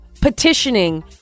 petitioning